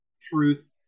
truth